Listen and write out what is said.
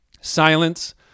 Silence